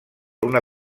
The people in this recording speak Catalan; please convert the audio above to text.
una